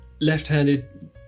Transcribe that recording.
left-handed